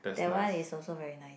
that one is also very nice